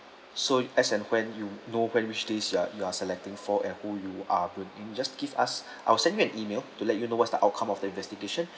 so as and when you know when which day you are you are selecting for and who you are booking just give us I will send you an email to let you know what's the outcome of the investigation